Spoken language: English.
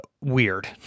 weird